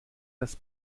das